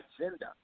agenda